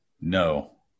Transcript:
no